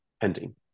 pending